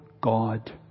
God